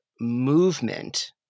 movement